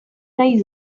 nahi